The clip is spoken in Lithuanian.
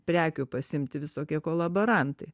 prekių pasiimti visokie kolaborantai